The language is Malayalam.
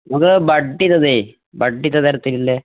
നമുക്ക് ബഡ് ചെയ്തത് ബഡ് ചെയ്ത തരത്തിലുള്ളത്